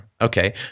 Okay